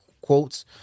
quotes